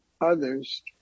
others